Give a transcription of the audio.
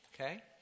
Okay